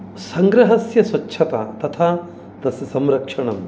सङ्ग्रहस्य स्वच्छता तथा तस्य संरक्षणं